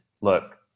look